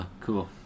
Cool